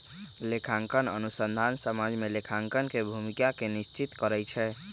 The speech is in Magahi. लेखांकन अनुसंधान समाज में लेखांकन के भूमिका के निश्चित करइ छै